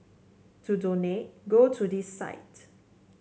to donate go to this site